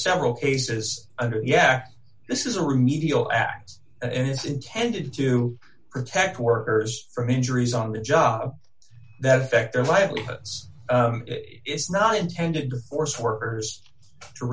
several cases under yeah this is a remedial axe is intended to protect workers from injuries on the job that fact their livelihoods is not intended to force workers to